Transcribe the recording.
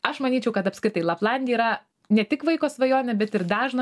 aš manyčiau kad apskritai laplandija yra ne tik vaiko svajonė bet ir dažno